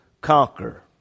conquer